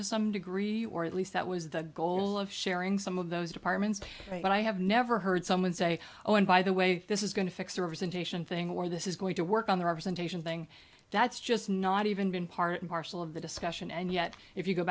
to some degree or at least that was the goal of sharing some of those departments but i have never heard someone say oh and by the way this is going to fix or visitation thing or this is going to work on the representation thing that's just not even been part and parcel of the discussion and yet if you go